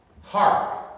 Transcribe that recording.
Hark